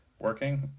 working